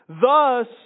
Thus